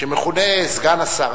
שמכונה סגן השר,